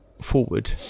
forward